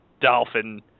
dolphin